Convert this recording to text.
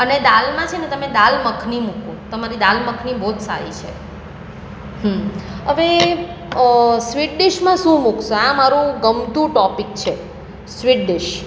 અને દાળમાં છે ને તમે દાલ મખની મૂકો તમારી દાલ મખની બહુ જ સારી છે હં હવે સ્વીટ ડીશમાં શું મુકીશું આ મારું ગમતું ટૉપિક છે સ્વીટ ડિશ